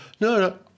no